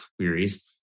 queries